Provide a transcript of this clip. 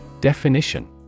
Definition